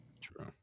True